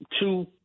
two